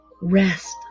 rest